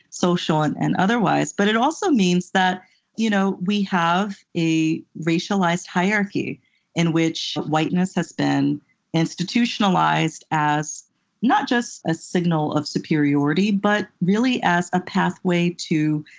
social, and otherwise. but it also means that you know we have a racialized hierarchy in which whiteness has been institutionalized as not just a signal of superiority, but really as a pathway to,